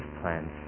plans